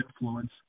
influence